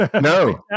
no